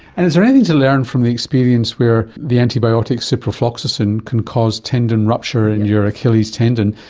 and is there anything to learn from the experience where the antibiotic so ciprofloxacin can cause tendon rupture in your achilles tendon,